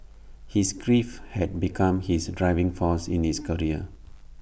his grief had become his driving force in his career